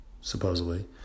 supposedly